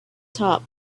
top